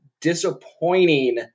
disappointing